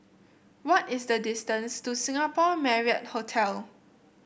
what is the distance to Singapore Marriott Hotel